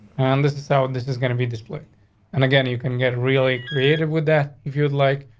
and this is how and this is going to be this place and again, you can get really creative with that if you'd like.